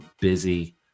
busy